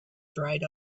dried